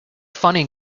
funny